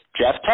Jeff